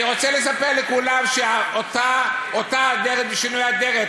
אני רוצה לספר לכולם שאותה הגברת בשינוי אדרת,